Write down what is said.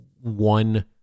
one